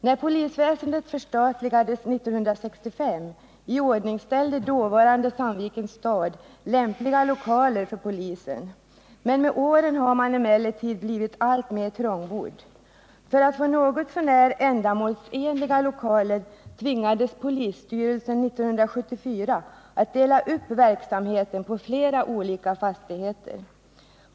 När polisväsendet förstatligades 1965 iordningställde dåvarande Sandvikens stad lämpliga lokaler för polisen. Med åren har man emellertid blivit alltmer trångbodd. För att få något så när ändamålsenliga lokaler tvingades polisstyrelsen 1974 att dela upp verksamheten på flera olika fastigheter.